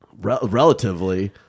relatively